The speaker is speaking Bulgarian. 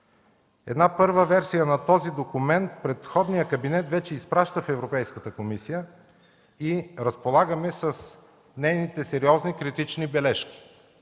Една първа версия на този документ предходният кабинет вече изпраща в Европейската комисия и разполагаме с нейните сериозни критични бележки.